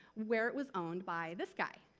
where it was owned by this guy,